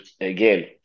again